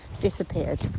disappeared